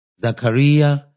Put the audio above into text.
Zachariah